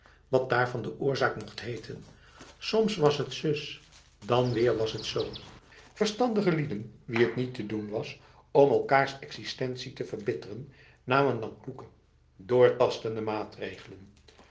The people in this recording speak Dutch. wat daarvan de oorzaak mocht heten soms was het zus dan weer was het z verstandige lieden wie het niet te doen was om eikaars existentie te verbitteren namen dan kloeke doortastende maatregelen